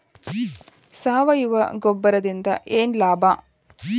ಸಾವಯವ ಗೊಬ್ಬರದಿಂದ ಏನ್ ಲಾಭ?